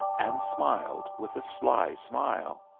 and smiled with a sly smile.